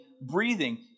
breathing